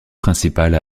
principale